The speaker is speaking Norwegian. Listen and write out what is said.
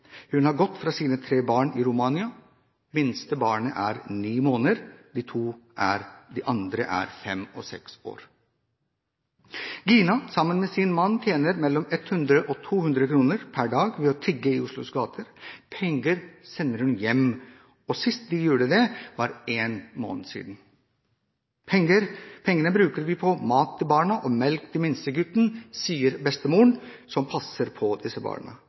hun har reist fra sine tre barn i Romania. Minstebarnet er ni måneder, de to andre er fem og seks år. Gina – sammen med sin mann – tjener mellom 100 og 200 kroner per dag ved å tigge i Oslos gater. Penger sender hun hjem. Sist de gjorde det, var for én måned siden. «Pengene bruker vi til mat til barna og melk til minstegutten,» sier bestemoren, som passer på disse barna.